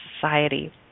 society